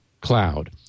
cloud